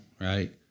right